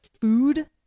food